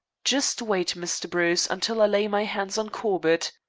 just wait, mr. bruce, until i lay my hands on corbett.